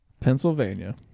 Pennsylvania